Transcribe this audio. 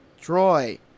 Troy